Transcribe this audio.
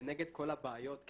כנגד כל הבעיות,